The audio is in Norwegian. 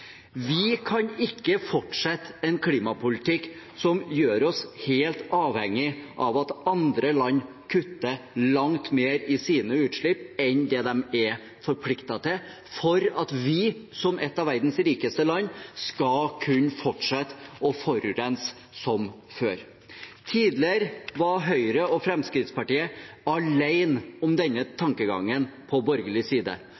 Vi kan ikke fortsette en klimapolitikk som gjør oss helt avhengig av at andre land kutter langt mer i sine utslipp enn det de er forpliktet til, for at vi, som et av verdens rikeste land, skal kunne fortsette å forurense som før. Tidligere var Høyre og Fremskrittspartiet alene om denne tankegangen på borgerlig side.